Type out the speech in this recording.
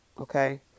okay